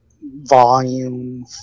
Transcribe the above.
Volume